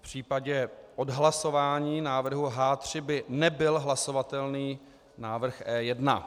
V případě odhlasování návrhu H3 by nebyl hlasovatelný návrh E1.